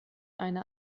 eine